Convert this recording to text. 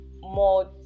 more